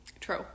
True